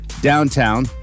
Downtown